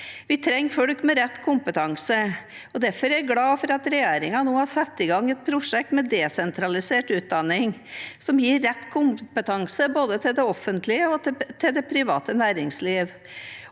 Vi trenger folk med rett kompetanse. Derfor er jeg glad for at regjeringen nå har satt i gang et prosjekt med desentralisert utdanning, som gir rett kompetanse både til det offentlige og til det private næringslivet.